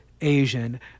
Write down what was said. Asian